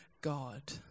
God